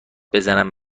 بزنم